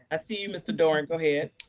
ah see you, mr. doran, go ahead.